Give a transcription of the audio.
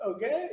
Okay